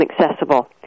accessible